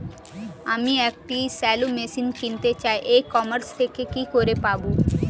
আমি একটি shallow machine কিনতে চাই ই কমার্স থেকে কি করে পাবো?